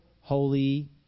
holy